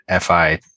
FI